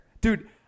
dude